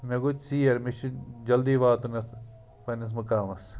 مےٚ گوٚو ژیر مےٚ چھِ جلدی واتُن پنٛنِس مُقامَس